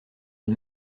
une